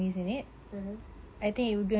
mmhmm